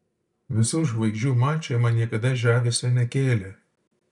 visų žvaigždžių mačai man niekada žavesio nekėlė